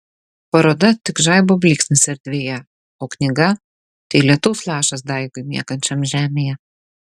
paroda tik žaibo blyksnis erdvėje o knyga tai lietaus lašas daigui miegančiam žemėje